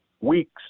weeks